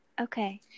okay